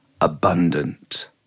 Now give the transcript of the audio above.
abundant